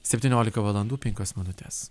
septyniolika valandų penkios minutės